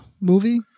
movie